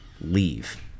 leave